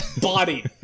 body